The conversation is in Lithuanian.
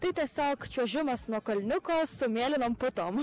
tai tiesiog čiuožimas nuo kalniuko su mėlynom putom